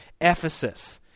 Ephesus